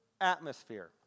atmosphere